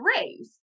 raise